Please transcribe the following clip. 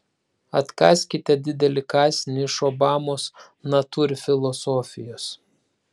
atkąskite didelį kąsnį iš obamos natūrfilosofijos